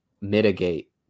mitigate